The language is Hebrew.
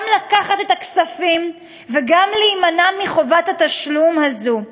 גם לקחת את הכספים וגם להימנע מחובת התשלום הזאת.